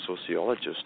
sociologist